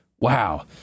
Wow